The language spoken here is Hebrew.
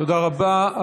תודה רבה.